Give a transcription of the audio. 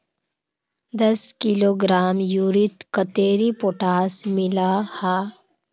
दस किलोग्राम यूरियात कतेरी पोटास मिला हाँ?